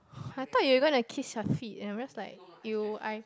I thought you going to kiss your feet and I'm just liek !eww! I